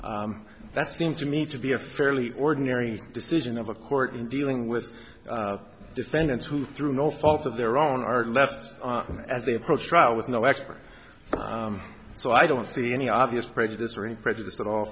that that seems to me to be a fairly ordinary decision of a court in dealing with defendants who through no fault of their own are left on them as they approach trial with no expert so i don't see any obvious prejudice or any prejudice at all